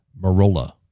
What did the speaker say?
Marola